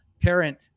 Parent